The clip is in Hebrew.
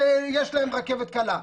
שיש להם רכבת קלה?